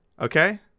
Okay